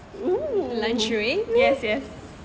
!woo! yes yes